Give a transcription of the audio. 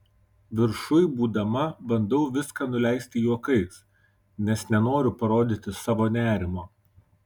viršuj būdama bandau viską nuleisti juokais nes nenoriu parodyti savo nerimo